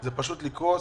זה פשוט לקרוס.